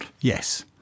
Yes